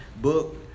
book